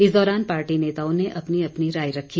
इस दौरान पार्टी नेताओं ने अपनी अपनी राय रखी